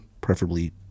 preferably